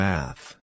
Math